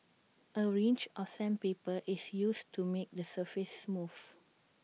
A range of sandpaper is used to make the surface smooth